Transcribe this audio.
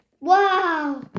Wow